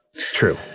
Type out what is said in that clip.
true